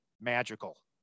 magical